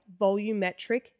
volumetric